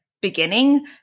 beginning